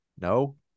No